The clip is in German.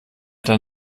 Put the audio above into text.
dann